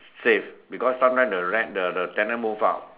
safe because sometime the rent the the tenant move out